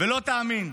ולא תאמין.